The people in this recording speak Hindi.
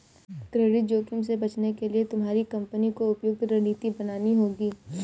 क्रेडिट जोखिम से बचने के लिए तुम्हारी कंपनी को उपयुक्त रणनीति बनानी होगी